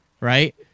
right